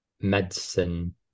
medicine